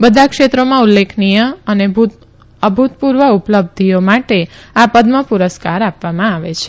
બધા ક્ષેત્રોમાં ઉલ્લેખનીય અને અભૂતપૂર્વ ઉપ લાબ્ધઓ માટે આ પ વ્ય પુરસ્કાર આપ વામાં આવે છે